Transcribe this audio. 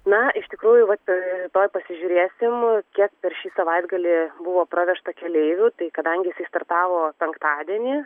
na iš tikrųjų vat rytoj pasižiūrėsim kiek per šį savaitgalį buvo pravežta keleivių tai kadangi jisai startavo penktadienį